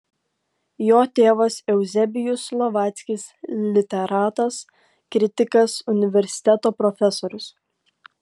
jo tėvas euzebijus slovackis literatas kritikas universiteto profesorius